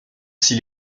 s’il